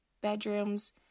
bedrooms